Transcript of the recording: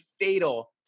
fatal